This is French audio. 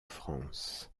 france